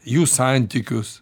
jų santykius